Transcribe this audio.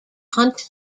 hunt